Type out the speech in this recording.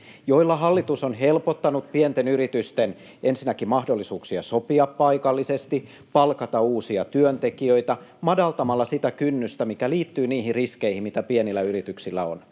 joilla hallitus on helpottanut pienten yritysten mahdollisuuksia ensinnäkin sopia paikallisesti ja palkata uusia työntekijöitä — madaltamalla sitä kynnystä, mikä liittyy niihin riskeihin, mitä pienillä yrityksillä on.